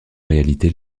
réalité